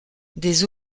des